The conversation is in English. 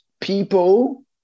people